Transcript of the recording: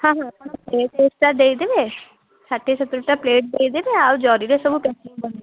ହଁ ହଁ ଆପଣ ପ୍ଳେଟ୍ ହିସାବରେ ଦେଇ ଦେବେ ଷାଠିଏ ସତୁରିଟା ପ୍ଳେଟ୍ ଦେଇ ଦେବେ ଆଉ ଜରିରେ ସବୁ ପ୍ୟାକିଂ କରିଦେବେ